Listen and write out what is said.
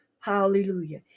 hallelujah